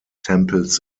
tempels